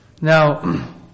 Now